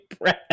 breath